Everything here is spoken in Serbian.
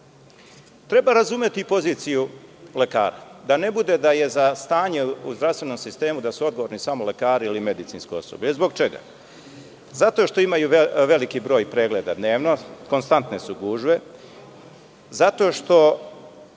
snazi. Treba razumeti poziciju lekara, da ne bude da je za stanje u zdravstvenom sistemu odgovorni samo lekari ili medicinsko osoblje. Zbog čega? Zato što imaju veliki broj pregleda dnevno, konstantne su gužve, zato što